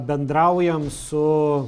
bendraujam su